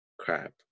Crap